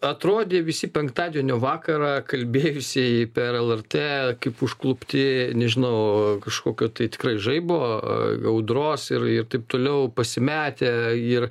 atrodė visi penktadienio vakarą kalbėjųsieji per lrt kaip užklupti nežinau kažkokio tai tikrai žaibo a audros ir ir taip toliau pasimetę ir